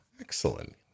Excellent